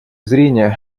зрения